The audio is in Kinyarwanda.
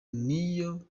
niyo